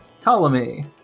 Ptolemy